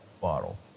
bottle